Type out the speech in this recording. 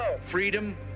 Freedom